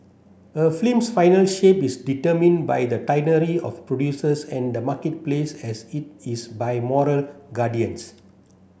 a film's final shape is determined by the tyranny of producers and the marketplace as it is by moral guardians